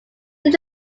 did